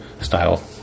style